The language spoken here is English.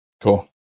Cool